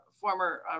former